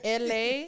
LA